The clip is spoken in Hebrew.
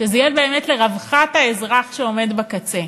שזה יהיה באמת לרווחת האזרח שעומד בקצה,